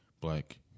black